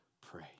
pray